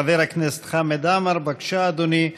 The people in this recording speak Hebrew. חבר הכנסת חמד עמאר, בבקשה, אדוני.